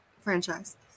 Franchise